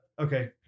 Okay